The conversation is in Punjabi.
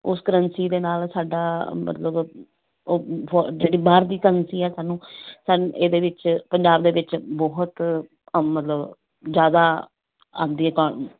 ਉਸ ਕਰੰਸੀ ਦੇ ਨਾਲ ਸਾਡਾ ਮਤਲਬ ਉਹ ਜਿਹੜੀ ਬਾਹਰ ਦੀ ਕਰੰਸੀ ਆ ਸਾਨੂੰ ਸਾਨੂੰ ਇਹਦੇ ਵਿੱਚ ਪੰਜਾਬ ਦੇ ਵਿੱਚ ਬਹੁਤ ਮਤਲਬ ਜ਼ਿਆਦਾ ਆਉਂਦੀ ਹੈ